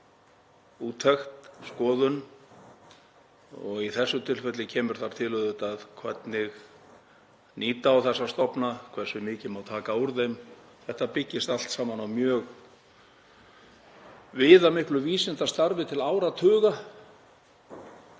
úttekt og skoðun. Í þessu tilfelli kemur þar auðvitað til hvernig nýta á þessa stofna, hversu mikið má taka úr þeim. Þetta byggist allt saman á mjög viðamiklu vísindastarfi til áratuga